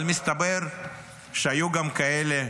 אבל מסתבר שהיו גם כאלה,